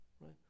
right